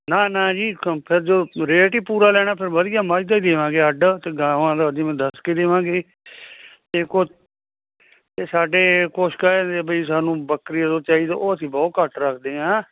ਨਾ ਨਾ ਜੀ ਕਪ ਜੋ ਰੇਟ ਈ ਪੂਰਾ ਲੈਣਾ ਫੇਰ ਵਧੀਆ ਮੱਝ ਦਾ ਈ ਦਿਵਾਂਗੇ ਅੱਡ ਤੇ ਗਾਵਾਂ ਦਾ ਜਿਵੇਂ ਦੱਸ ਕੇ ਦਿਵਾਂਗੇ ਦੇਖੋ ਇਹ ਸਾਡੇ ਕੁਛ ਕਹਿਦੇ ਬਈ ਸਾਨੂੰ ਬੱਕਰੀ ਦਾ ਦੁੱਧ ਚਾਹੀਦਾ ਉਹ ਅਸੀਂ ਬਹੁਤ ਘੱਟ ਰੱਖਦੇ ਆਂ